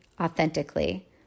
authentically